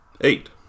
Eight